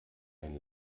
ein